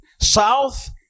south